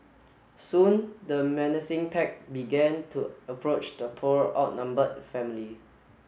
soon the menacing pack began to approach the poor outnumbered family